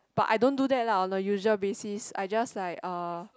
but I don't do that lah on a usual basis I just like uh